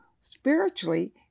spiritually